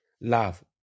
love